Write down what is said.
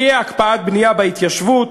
תהיה הקפאת בנייה בהתיישבות,